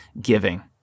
giving